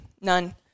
None